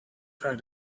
fact